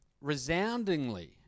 resoundingly